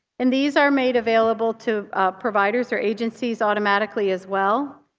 and these are made available to providers or agencies automatically as well.